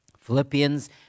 Philippians